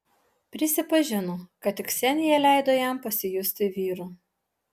prisipažino kad tik ksenija leido jam pasijusti vyru